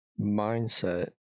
Mindset